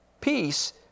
Peace